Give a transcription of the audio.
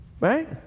Right